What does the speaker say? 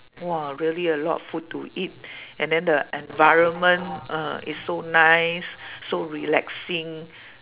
!wah! really a lot of food to eat and then the environment ah is so nice so relaxing